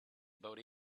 about